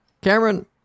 Cameron